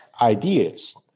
ideas